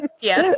Yes